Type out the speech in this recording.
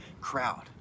crowd